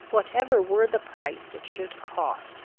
whatever were the price it should cost,